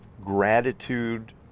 gratitude